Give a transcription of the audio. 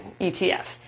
ETF